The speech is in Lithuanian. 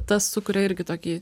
tas sukuria irgi tokį